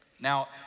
Now